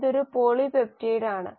ഇതൊരു പോളിപെപ്റ്റൈഡാണ്